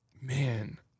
Man